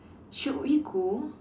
should we go